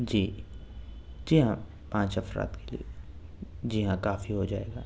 جی جی ہاں پانچ افراد کے لیے جی ہاں کافی ہوجائے گا